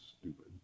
stupid